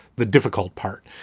the difficult part,